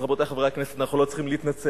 אז, רבותי חברי הכנסת, אנחנו לא צריכים להתנצל.